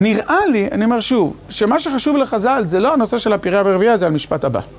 נראה לי, אני אומר שוב, שמה שחשוב לחז"ל, זה לא הנושא של הפירייה והרבייה, זה המשפט הבא.